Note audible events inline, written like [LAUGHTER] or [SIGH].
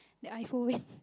the iPhone [LAUGHS]